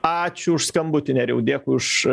ačiū už skambutį nerijau dėkui už